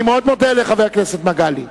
אני מאוד מודה לחבר הכנסת מגלי והבה.